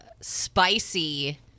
spicy